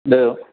ॿियो